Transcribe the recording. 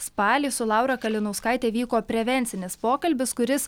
spalį su laura kalinauskaite vyko prevencinis pokalbis kuris